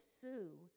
Sue